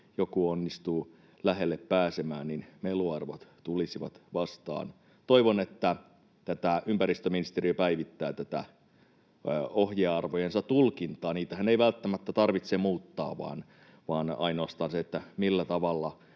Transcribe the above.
joku onnistuu lähelle pääsemään, niin meluarvot tulisivat vastaan. Toivon, että ympäristöministeriö päivittää tätä ohjearvojensa tulkintaa. Niitähän ei välttämättä tarvitse muuttaa vaan ainoastaan sitä, millä tavalla